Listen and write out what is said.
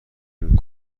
نمی